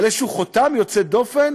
לאיזשהו חותם יוצא דופן